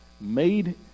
made